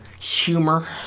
humor